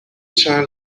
چند